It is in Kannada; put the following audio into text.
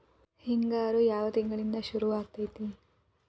ಹಿಂಗಾರು ಯಾವ ತಿಂಗಳಿನಿಂದ ಶುರುವಾಗತೈತಿ?